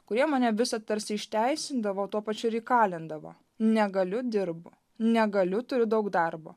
kurie mane visad tarsi išteisindavo tuo pačiu ir įkalindavo negaliu dirbu negaliu turiu daug darbo